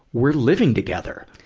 we're living together?